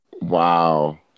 Wow